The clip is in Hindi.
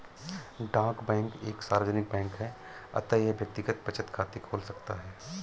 डाक बैंक एक सार्वजनिक बैंक है अतः यह व्यक्तिगत बचत खाते खोल सकता है